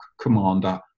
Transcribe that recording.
commander